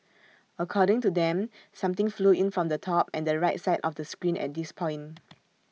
according to them something flew in from the top and the right side of the screen at this point